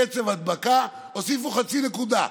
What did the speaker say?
קצב הדבקה, הוסיפו חצי נקודה.